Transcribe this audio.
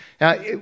Now